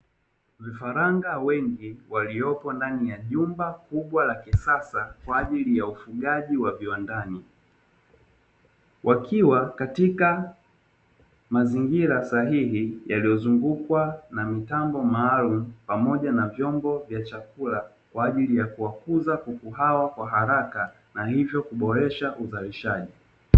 Vifaranga wengi waliopo ndani ya jumba kubwa la kisasa kwa ajili ya ufugaji wa viwandani. Wakiwa katika mazingira sahihi yaliyozungukwa na mitambo maalumu, pamoja na vyombo vya chakula kwa ajili ya kuwakuza kuku hao kwa haraka na hivyo kuboresha uzalishaji.